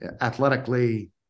athletically